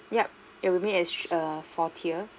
yup it will remain as err four tier